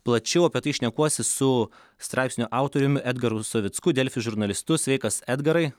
plačiau apie tai šnekuosi su straipsnio autoriumi edgaru savicku delfi žurnalistu sveikas edgarai